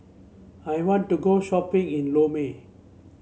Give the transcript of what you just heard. I want to go shopping in Lome